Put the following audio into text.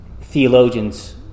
theologians